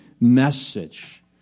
message